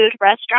restaurant